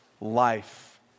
life